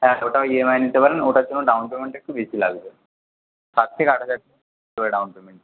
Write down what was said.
হ্যাঁ ওটাও E M আইয়ে নিতে পারেন ওটার জন্য ডাউন পেমেন্টটা একটু বেশি লাগবে সাত থেকে আট হাজার করে ডাউন পেমেন্ট